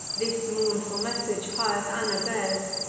this mournful message pious anna bears,